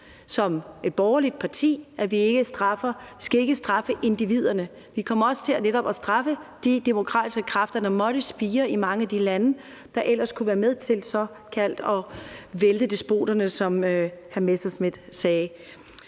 som borgerligt parti, altså vi skal ikke straffe individerne. Vi kommer også til netop at straffe de demokratiske kræfter, der måtte spire i mange af de lande, og som ellers kunne være med til at vælte despoterne, som hr. Messerschmidt sagde.